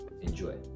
Enjoy